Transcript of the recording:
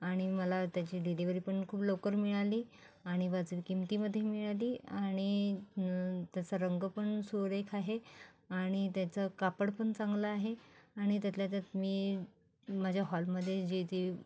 आणि मला त्याची डिलिवरी पण खूप लवकर मिळाली आणि वाजवी किमतीमध्ये मिळाली आणि त्याचा रंग पण सुरेख आहे आणि त्याचं कापड पण चांगलं आहे आणि त्यातल्या त्यात मी माझ्या हॉलमध्ये जे जे